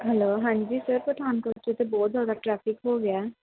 hello ਹਾਂਜੀ sir Pathankot 'ਚ ਤਾਂ ਬਹੁਤ ਜ਼ਿਆਦਾ ਟਰੈਫਿਕ ਹੋ ਗਿਆ